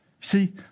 See